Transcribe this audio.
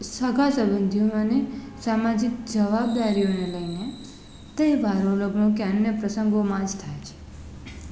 સગા સબંધીઓ અને સામાજિક જવાબદારીઓને લઈ ને તહેવારો અને અમુક અન્ય પ્રસંગોમાં જ થાય છે